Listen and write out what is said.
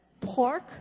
pork